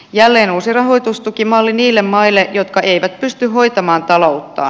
jälleen uusi rahoitustukimalli niille maille jotka eivät pysty hoitamaan talouttaan